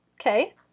Okay